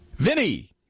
Vinny